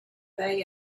they